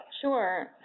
Sure